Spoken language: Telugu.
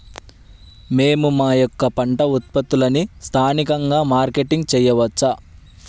మేము మా యొక్క పంట ఉత్పత్తులని స్థానికంగా మార్కెటింగ్ చేయవచ్చా?